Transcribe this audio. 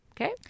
Okay